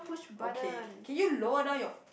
okay can you lower down your